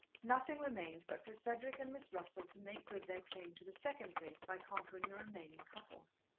nothing remained but for cedric and miss russell to make good their claim to the second place by conquering the remaining couples.